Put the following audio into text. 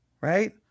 right